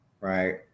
right